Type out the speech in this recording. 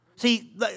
See